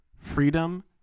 freedom